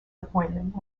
appointment